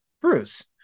Bruce